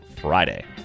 Friday